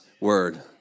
word